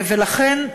ולכן,